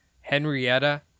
Henrietta